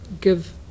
give